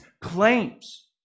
claims